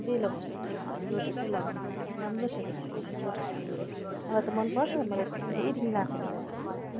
त्यही लगाऊ लेक्मी लोटसै लगाऊ तिमी राम्रो छ त्यो क्रिम लोटसको क्रिमले मलाई त मनपर्छ मैले त पहल्यैदेखि लाएकोले गर्दा